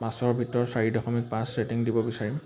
পাঁচৰ ভিতৰত চাৰি দশমিক পাঁচ ৰেটিং দিব বিচাৰিম